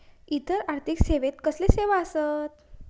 इतर आर्थिक सेवेत कसले सेवा आसत?